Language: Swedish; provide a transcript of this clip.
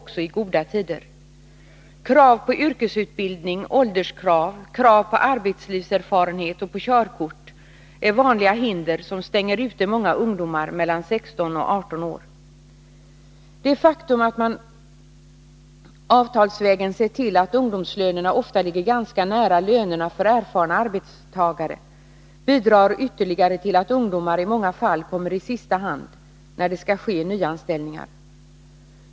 Krav på yrkesutbildning, ålderskrav, krav på arbetslivserfarenhet och på körkort är vanliga hinder som stänger ute många ungdomar mellan 16 och 18 år. Det faktum att man avtalsvägen sett till att ungdomslönerna ofta ligger ganska nära lönerna för erfarna arbetstagare bidrar ytterligare till att ungdomar i många fall kommer i sista hand, när det skall ske nyanställningar.